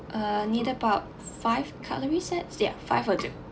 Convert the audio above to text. uh need about five cutlery sets yeah five will do